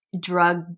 drug